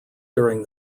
during